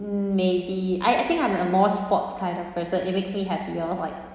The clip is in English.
mm maybe I I think I'm a more sports kind of person it makes me happier like